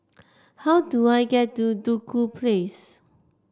how do I get to Duku Place